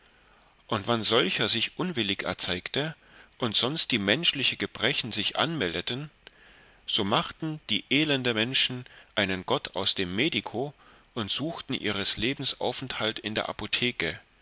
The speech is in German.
und wann solcher sich unwillig erzeigte oder sonst die menschliche gebrechen sich anmeldeten so machten die elende menschen einen gott aus dem medico und suchten ihres lebens aufenthalt in der apotheke